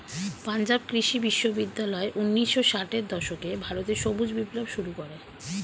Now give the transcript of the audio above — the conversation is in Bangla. পাঞ্জাব কৃষি বিশ্ববিদ্যালয় ঊন্নিশো ষাটের দশকে ভারতে সবুজ বিপ্লব শুরু করে